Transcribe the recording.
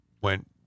went